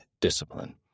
discipline